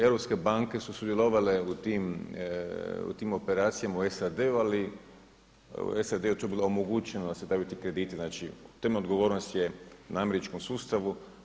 Europske banke su sudjelovale u tim operacijama u SAD-u, ali u SAD-u je to bilo omogućeno da se daju ti krediti, znači temeljna odgovornost je na američkom sustavu.